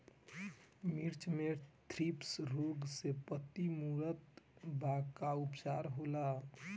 मिर्च मे थ्रिप्स रोग से पत्ती मूरत बा का उपचार होला?